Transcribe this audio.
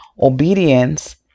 obedience